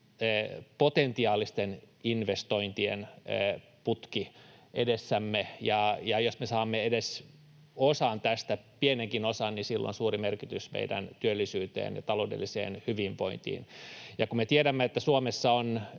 potentiaalisten investointien putki edessämme, ja jos me saamme edes osan tästä, pienenkin osan, niin sillä on suuri merkitys meidän työllisyyteen ja taloudelliseen hyvinvointiin. Kun me tiedämme, että Suomessa on